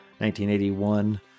1981